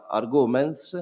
arguments